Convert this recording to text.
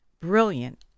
brilliant